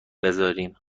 بذاریم